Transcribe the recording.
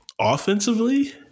Offensively